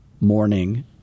morning